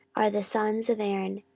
are the sons of aaron,